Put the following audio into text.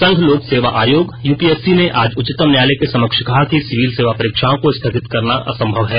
संघ लोक सेवा आयोग यूपीएससी ने आज उच्चतम न्यायालय के समक्ष कहा कि सिविल सेवा परीक्षाओं को स्थगित करना असंभव है